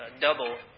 double